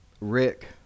Rick